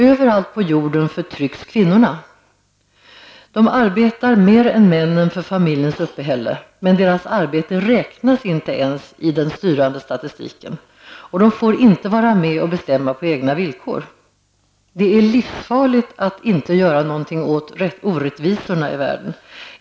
Överallt på jorden förtrycks kvinnorna. De arbetar mer än männen för familjens uppehälle, men deras arbete räknas inte ens i den styrande statistiken, och de får inte vara med och bestämma på egna villkor. Det är livsfarligt att inte göra något åt orättvisorna i världen!